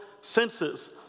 senses